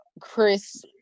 Chris